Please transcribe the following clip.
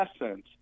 essence